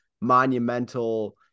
monumental